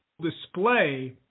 display